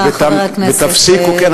ותפסיקו, תודה, חבר הכנסת בהלול.